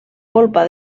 polpa